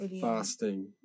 fasting